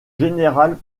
général